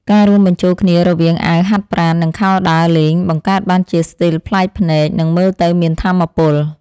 ការរួមបញ្ចូលគ្នារវាងអាវហាត់ប្រាណ និងខោដើរលេងបង្កើតបានជាស្ទីលប្លែកភ្នែកនិងមើលទៅមានថាមពល។